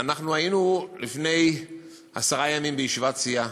אנחנו היינו לפני עשרה ימים בישיבת סיעה,